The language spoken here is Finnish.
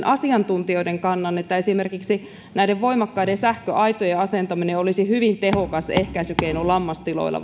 asiantuntijoiden kannan että esimerkiksi voimakkaiden sähköaitojen asentaminen olisi hyvin tehokas ehkäisykeino lammastiloilla